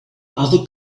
other